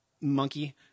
monkey